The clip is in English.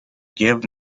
give